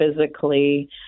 physically